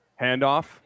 handoff